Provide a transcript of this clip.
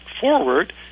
forward